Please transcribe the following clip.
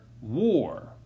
war